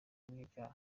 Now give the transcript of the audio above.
n’ibyaha